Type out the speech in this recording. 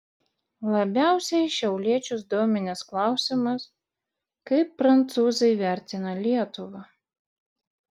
labiausiai šiauliečius dominęs klausimas kaip prancūzai vertina lietuvą